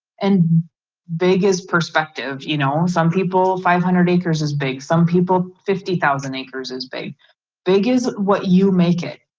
and vegas perspective you know some people five hundred acres is big some people fifty thousand acres is a big is what you make it.